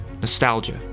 nostalgia